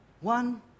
One